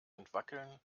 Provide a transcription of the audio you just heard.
entwackeln